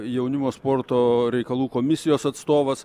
jaunimo sporto reikalų komisijos atstovas